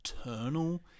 eternal